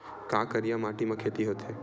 का करिया माटी म खेती होथे?